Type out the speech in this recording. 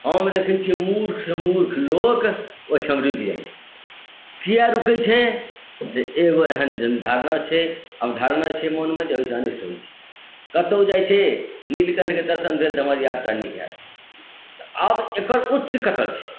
हम देखैत छियै मूर्ख से मूर्ख लोक ओहिठाम रूकि जाइत छै किएक रूकैत छै जे एगो एहन जनधारणा छै अवधारणा छै मनमे जे ओहिसँ अनिष्ट होइत छै कतहुँ जाय छै नीलकंठके दर्शन भेल तऽ हमर यात्रा नीक होयत तऽ आब एकर उच्च कतऽ छै